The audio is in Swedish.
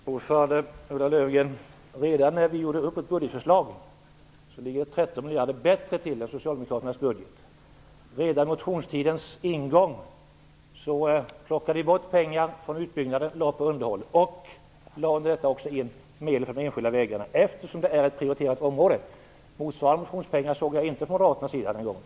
Herr talman! Ulla Löfgren! Vi ligger redan i och med vårt budgetförslag 13 miljarder bättre till än Socialdemokraternas budget. Redan vid motionstidens ingång plockade vi bort pengar från utbyggnaden och lade på underhållet liksom vi lade mer på de enskilda vägarna, eftersom det är ett prioriterat område. Motsvarande satsning såg jag inte i Moderaternas motioner.